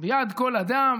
ביד כל אדם